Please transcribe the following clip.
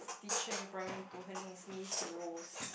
teacher in primary two her name is Miss Rose